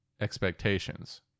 expectations